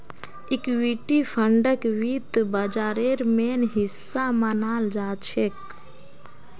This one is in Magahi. इक्विटी फंडक वित्त बाजारेर मेन हिस्सा मनाल जाछेक